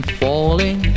falling